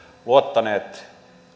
luottaneet